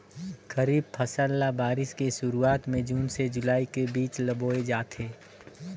खरीफ फसल ल बारिश के शुरुआत में जून से जुलाई के बीच ल बोए जाथे